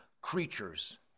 creatures